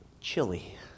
chili